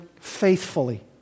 faithfully